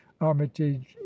armitage